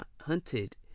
hunted